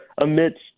amidst